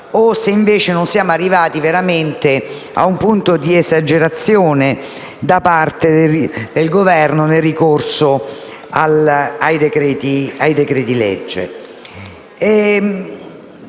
o se invece siamo arrivati veramente ad un punto di esagerazione, da parte del Governo, nel ricorso ai decreti-legge.